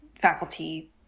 faculty